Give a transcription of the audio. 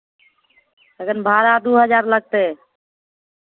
एखन भाड़ा दू हजार लगतै